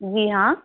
जी हाँ